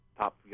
top